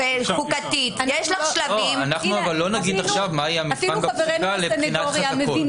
מה יהיה המבחן בפסיקה לבחינת חזקות.